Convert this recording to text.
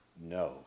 no